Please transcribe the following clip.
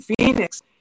Phoenix